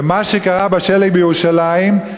ומה שקרה בשלג בירושלים,